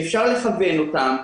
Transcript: שאפשר לכוון אותם,